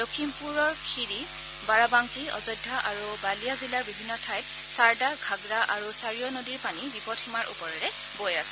লখিমপুৰ খীৰি বাৰাবাংকী অযোধ্যা আৰু বালিয়া জিলাৰ বিভিন্ন ঠাইত সাৰদা ঘাগ্ৰা আৰু সাৰিঅ নদীৰ পানী বিপদসীমাৰ ওপৰেদি বৈ আছে